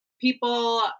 people